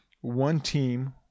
one-team